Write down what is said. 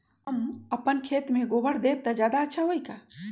हम अपना खेत में गोबर देब त ज्यादा अच्छा होई का?